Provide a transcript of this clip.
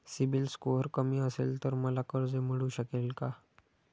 CIBIL score कमी असेल तर मला कर्ज मिळू शकेल का?